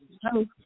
Hello